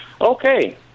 Okay